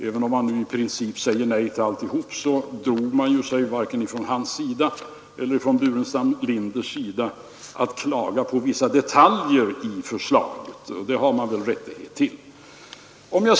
Även om man i princip säger nej till alltihop drar sig varken herr Helén eller herr Burenstam Linder för att klaga på vissa detaljer i förslaget, och det har de väl rättighet till.